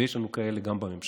ויש לנו כאלה גם בממשלה.